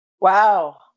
Wow